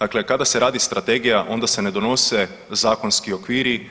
Dakle, kada se radi strategija onda se ne donose zakonski okviri,